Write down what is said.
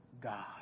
God